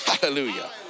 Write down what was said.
Hallelujah